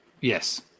Yes